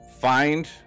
find